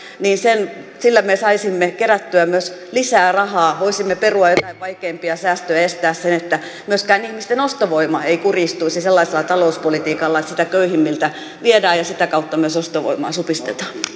niin sillä me saisimme kerättyä myös lisää rahaa voisimme perua joitain vaikeimpia säästöjä ja estää sen että myöskään ihmisten ostovoima ei kurjistuisi sellaisella talouspolitiikalla että sitä köyhimmiltä viedään ja sitä kautta myös ostovoimaa supistetaan